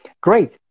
Great